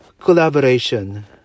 collaboration